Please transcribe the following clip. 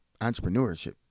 entrepreneurship